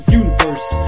universe